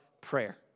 prayer